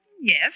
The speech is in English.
Yes